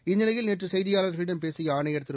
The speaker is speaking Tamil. இந்நிலையில் நேற்று செய்தியாளர்களிடம் பேசிய ஆணையர் திரு